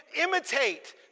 imitate